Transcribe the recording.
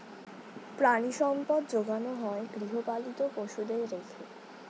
প্রাণিসম্পদ যোগানো হয় গৃহপালিত পশুদের রেখে